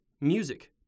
music